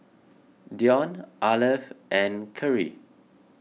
Dion Arleth and Kerrie